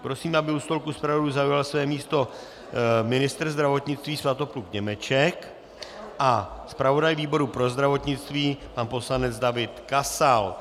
Prosím, aby u stolku zpravodajů zaujal své místo ministr zdravotnictví Svatopluk Němeček a zpravodaj výboru pro zdravotnictví pan poslanec David Kasal.